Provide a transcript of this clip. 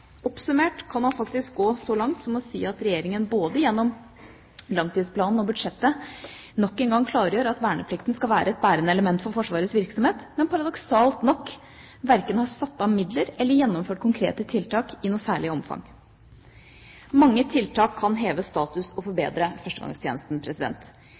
Oppsummert kan man faktisk gå så langt som å si at Regjeringa, både gjennom langtidsplanen og budsjettet, nok en gang klargjør at verneplikten skal være et bærende element for Forsvarets virksomhet, men paradoksalt nok verken har satt av midler eller gjennomført konkrete tiltak i noe særlig omfang. Mange tiltak kan heve status og